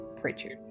Pritchard